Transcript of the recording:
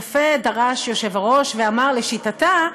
יפה דרש היושב-ראש ואמר: לשיטתה,